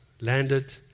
landed